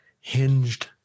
hinged